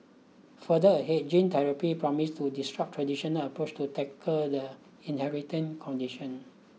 further ahead gene therapy promises to disrupt traditional approaches to tackle the inheriting condition